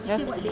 that's